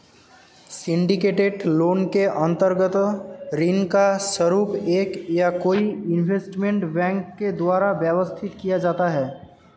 syndicated loan के अंतर्गत ऋण का स्वरूप एक या कई इन्वेस्टमेंट बैंक के द्वारा व्यवस्थित किया जाता है